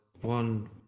one